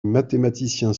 mathématicien